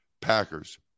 Packers